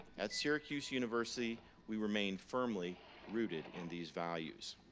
at syracuse university, we remain firmly rooted in these values.